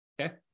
Okay